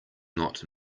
not